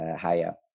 higher